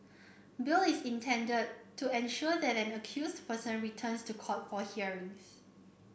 bail is intended to ensure that an accused person returns to court for hearings